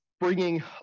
bringing